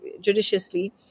judiciously